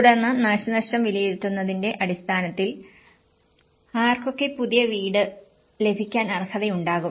തുടർന്ന് നാശനഷ്ടം വിലയിരുത്തിയതിന്റെ അടിസ്ഥാനത്തിൽ ആർക്കൊക്കെ പുതിയ വീട് ലഭിക്കാൻ അർഹതയുണ്ടാകും